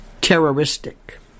terroristic